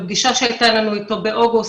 בפגישה שהייתה לנו איתו באוגוסט,